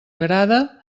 agrada